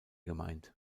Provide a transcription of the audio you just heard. gemeint